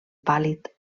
pàl·lid